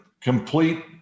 complete